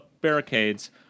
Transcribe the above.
barricades